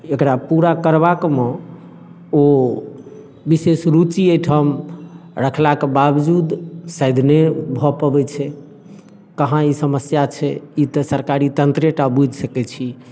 एकरा पूरा करबा मे ओ बिशेष रूचि एहिठाम रखलाक बावजूद शायद नहि भऽ पबै छै कहाँ ई समस्या छै ई तऽ सरकारी तन्त्रे टा बुझि सकै छै